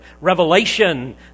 revelation